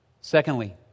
Secondly